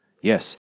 Yes